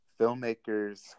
filmmakers